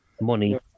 money